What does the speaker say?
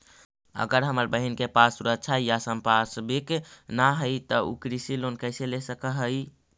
अगर हमर बहिन के पास सुरक्षा या संपार्श्विक ना हई त उ कृषि लोन कईसे ले सक हई?